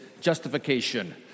justification